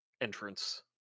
entrance